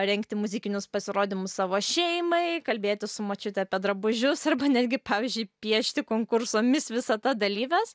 rengti muzikinius pasirodymus savo šeimai kalbėtis su močiute apie drabužius arba netgi pavyzdžiui piešti konkurso mis visata dalyves